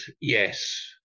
yes